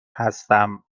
هستم